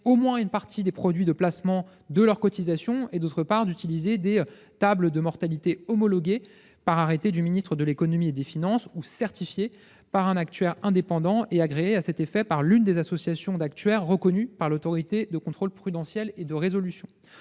au moins une partie des produits des placements de leurs cotisations, et, d'autre part, d'utiliser des tables de mortalité homologuées par arrêté du ministre de l'économie et des finances ou certifiées par un actuaire indépendant et agréé à cet effet par l'une des associations d'actuaires reconnues par l'Autorité de contrôle prudentiel et de résolution.